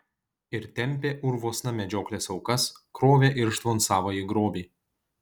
ir tempė urvuosna medžioklės aukas krovė irštvon savąjį grobį